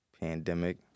pandemic